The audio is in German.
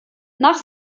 nach